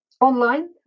Online